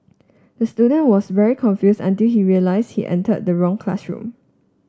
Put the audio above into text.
the student was very confuse until he realise he entered the wrong classroom